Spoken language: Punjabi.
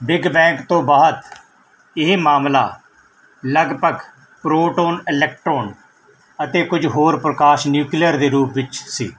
ਬਿਗ ਬੈਂਗ ਤੋਂ ਬਾਅਦ ਇਹ ਮਾਮਲਾ ਲਗਭਗ ਪ੍ਰੋਟੋਨ ਇਲੈਕਟਰੋਨ ਅਤੇ ਕੁਝ ਹੋਰ ਪ੍ਰਕਾਸ਼ ਨਿਊਕਲੀਅਰ ਦੇ ਰੂਪ ਵਿੱਚ ਸੀ